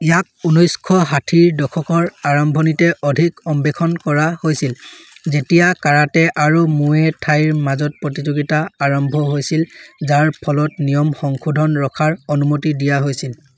ইয়াক ঊনৈছশ ষাঠি ৰ দশকৰ আৰম্ভণিতে অধিক অন্বেষণ কৰা হৈছিল যেতিয়া কাৰাটে আৰু মুয়ে থাইৰ মাজত প্ৰতিযোগিতা আৰম্ভ হৈছিল যাৰ ফলত নিয়ম সংশোধন ৰখাৰ অনুমতি দিয়া হৈছিল